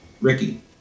Ricky